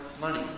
money